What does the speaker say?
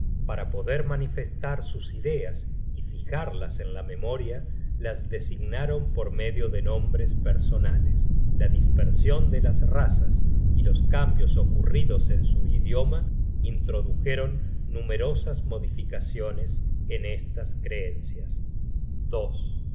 para poder manifestar sus ideas y fijarlas en la memoria las designaron por medio de nombres personales la dispersion de las razas y los cambios ocurridos en su idioma introdujeron numerosas modificaciones en estas creencias